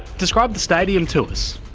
describe the stadium to us.